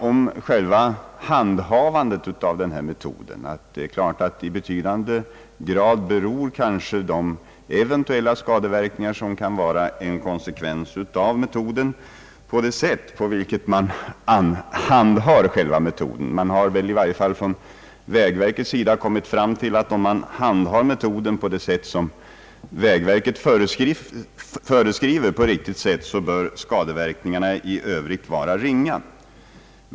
Om en metods eventuella skadeverkningar kan man väl säga att dessa i betydande grad beror på hur man handhar metoden. Man har väl i varje fall från vägverkets sida kommit fram till att om man handhar metoden på det sätt som vägverket föreskriver, så bör skadeverkningarna i Övrigt vara ringa.